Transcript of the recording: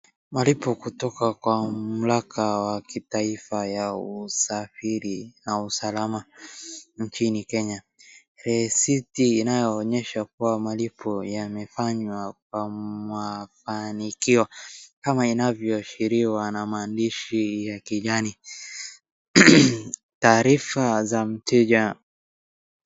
Malipo kutoka kwa mamlaka wa kitaifa ya usafiri au usalama nchini Kenya, risiti inayoonyesha kuwa malipo yamefanya kwa mafanikio kama inavyoashiriwa na maandishi ya kijani, taarifa za mteja.